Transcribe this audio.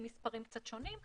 עם מספרים קצת שונים.